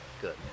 good